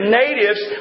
natives